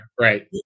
right